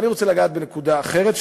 אבל אני רוצה לגעת בנקודה אחרת,